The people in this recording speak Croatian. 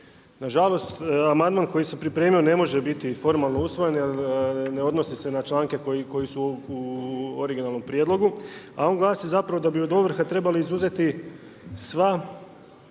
Nažalost, amandman koji sam pripremio ne može biti formalno usvojen jer ne odnosi se na članke koji su u originalnom prijedlogu, a on glasi zapravo da bi od ovrha trebali izuzeti sve